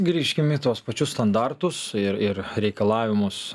grįžkim į tuos pačius standartus ir ir reikalavimus